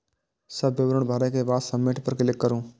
सब विवरण भरै के बाद सबमिट पर क्लिक करू